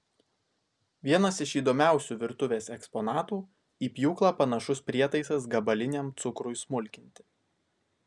vienas iš įdomiausių virtuvės eksponatų į pjūklą panašus prietaisas gabaliniam cukrui smulkinti